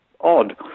odd